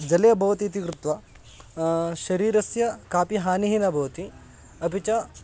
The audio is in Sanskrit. जले भवति इति कृत्वा शरीरस्य कापि हानिः न भवति अपि च